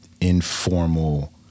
informal